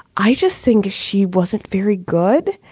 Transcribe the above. i just think she wasn't very good.